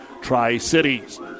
Tri-Cities